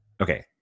okay